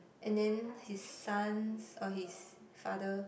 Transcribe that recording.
and then his sons or his father